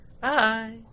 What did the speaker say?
Bye